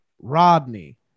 rodney